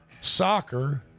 soccer –